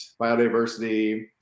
biodiversity